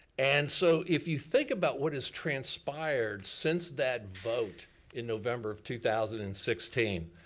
and so, if you think about what has transpired since that vote in november of two thousand and sixteen,